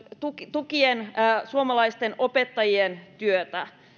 tukea suomalaisten opettajien työlle